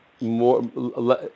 more